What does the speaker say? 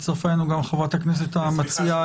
חברת הכנסת השכל,